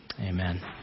amen